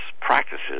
practices